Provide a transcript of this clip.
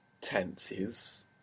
tenses